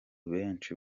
benshi